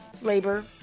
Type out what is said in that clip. labor